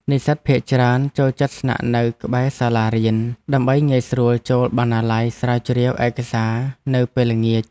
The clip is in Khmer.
និស្សិតភាគច្រើនចូលចិត្តស្នាក់នៅក្បែរសាលារៀនដើម្បីងាយស្រួលចូលបណ្ណាល័យស្រាវជ្រាវឯកសារនៅពេលល្ងាច។